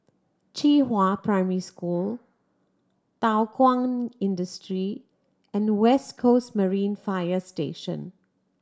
Qihua Primary School Thow Kwang Industry and West Coast Marine Fire Station